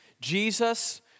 Jesus